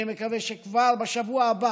אני מקווה שכבר בשבוע הבא